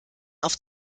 auf